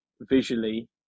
visually